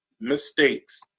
mistakes